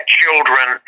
children